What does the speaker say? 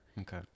Okay